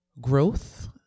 growth